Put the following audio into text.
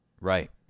Right